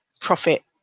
profit